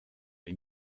les